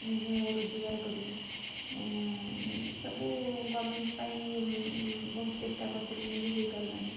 ମୁଁ ରୋଜଗାର କରିବି ସବୁ ଗଭର୍ଣ୍ଣମେଣ୍ଟ ପାଇଁ ବହୁତ ଚେଷ୍ଟା କରିଥିଲି କିନ୍ତୁ ହୋଇପାରିଲାନି